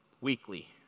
weekly